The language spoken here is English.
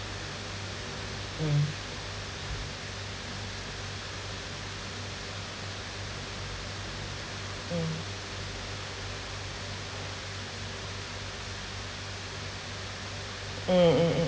mm mm mm mm mm